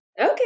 Okay